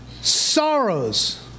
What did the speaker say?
sorrows